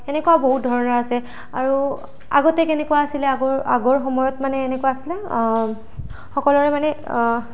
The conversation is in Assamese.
এনেকুৱা বহুত ধৰণৰ আছে আৰু আগতে কেনেকুৱা আছিলে আগৰ আগৰ সময়ত মানে এনেকুৱা আছিলে সকলোৰে মানে